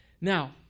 Now